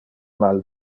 mal